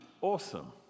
Awesome